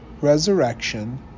resurrection